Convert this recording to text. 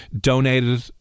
donated